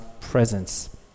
presence